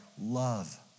love